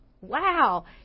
Wow